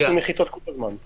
יש נחיתות כל הזמן.